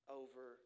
over